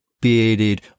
bearded